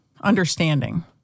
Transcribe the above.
understanding